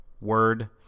word